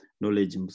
Knowledge